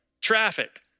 traffic